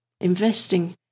investing